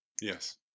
Yes